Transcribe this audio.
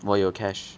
我有 cash